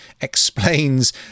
explains